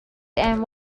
and